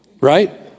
Right